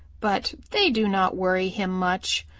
but they do not worry him much.